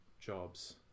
jobs